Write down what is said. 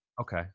Okay